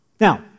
Now